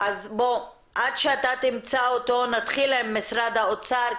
אז נתחיל עם משרד האוצר.